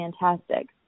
fantastic